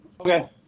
Okay